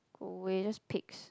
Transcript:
go away just pigs